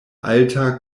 alta